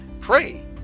Pray